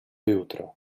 jutro